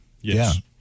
Yes